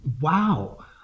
wow